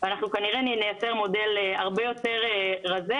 אנחנו כנראה נייצר מודל הרבה יותר רזה,